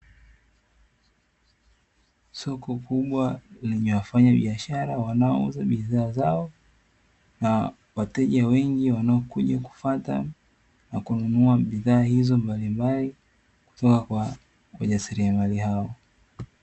Soko kubwa lenye wafanyabiashara wanaouza bidhaa zao na wateja wengi wanaokuja kufata na kununua bidhaa izo mbalimbali kutoka kwa wajasiriamali hao.